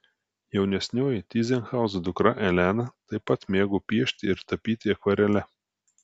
jaunesnioji tyzenhauzų dukra elena taip pat mėgo piešti ir tapyti akvarele